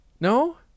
No